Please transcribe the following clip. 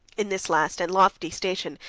in this last and lofty station,